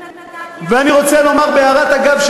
אני רוצה לומר בהערת אגב,